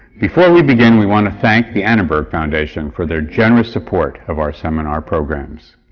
before we begin, we want to thank the annenberg foundation for their generous support of our seminar programs.